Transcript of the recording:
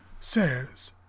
says